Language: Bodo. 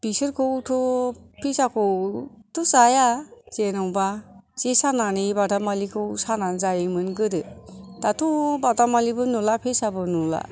बेसोरखौथ' फेसाखौथ' जाया जेन'बा जे सानानै बादामालिखौ सानानै जायोमोन गोदो दाथ' बादामालिबो नुला फेसाबो नुला